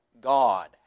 God